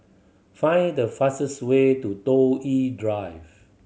find the fastest way to Toh Yi Drive